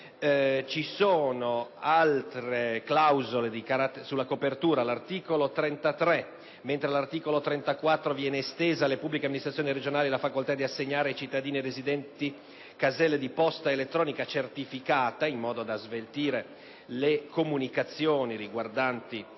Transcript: Ulteriori clausole sulla copertura sono contenute all'articolo 33, mentre all'articolo 34 viene estesa alle pubbliche amministrazioni regionali la facoltà di assegnare ai cittadini residenti caselle di posta elettronica certificata, in modo da sveltire le comunicazioni riguardanti